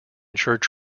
church